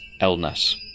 illness